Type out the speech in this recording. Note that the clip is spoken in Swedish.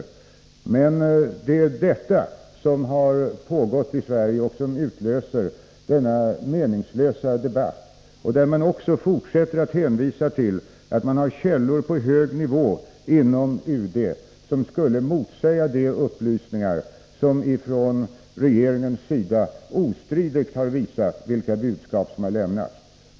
Det är detta som pågått i Sverige och som utlöser denna meningslösa debatt, där man också fortsätter att hänvisa till att man har källor på hög nivå inom UD som skulle motsäga de upplysningar som ifrån regeringens sida ostridigt har visat vilka budskap som har lämnats.